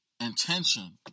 intention